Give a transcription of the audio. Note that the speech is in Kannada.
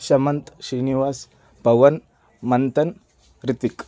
ಶಮಂತ್ ಶ್ರೀನಿವಾಸ್ ಪವನ್ ಮಂಥನ್ ಹೃತಿಕ್